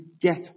get